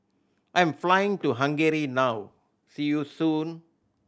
I am flying to Hungary now see you soon